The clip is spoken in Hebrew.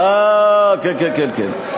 אה, כן, כן, כן.